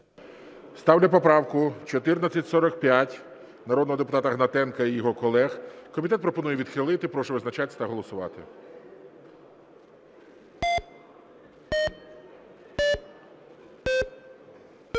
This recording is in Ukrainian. Ставлю поправку 1445 народного депутата Гнатенка і його колег. Комітет пропонує відхилити. Прошу визначатися та голосувати. 11:23:48 За-49